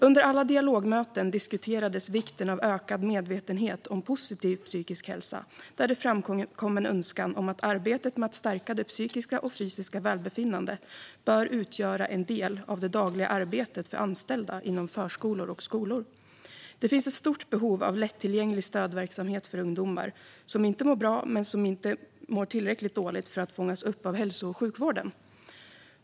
Under alla dialogmöten diskuterades vikten av ökad medvetenhet om positiv psykisk hälsa, och det framkom en önskan om att arbetet med att stärka det psykiska och fysiska välbefinnandet ska utgöra en del av det dagliga arbetet för anställda inom förskolor och skolor. Det finns ett stort behov av lättillgänglig stödverksamhet för ungdomar som inte mår bra men som inte mår tillräckligt dåligt för att fångas upp av hälso och sjukvården.